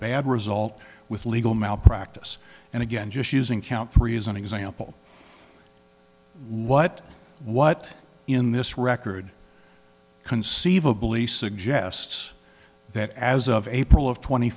bad result with legal malpractise and again just using count three as an example what what in this record conceivably suggests that as of april of tw